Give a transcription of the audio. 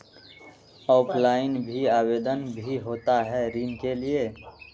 Offline भी आवेदन भी होता है ऋण के लिए?